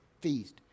feast